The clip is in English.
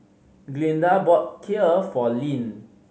Glinda bought Kheer for Leanne